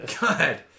god